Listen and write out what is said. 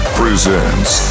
presents